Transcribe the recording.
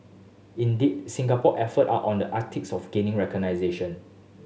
indeed Singapore effort are on the Arctics of gaining recognition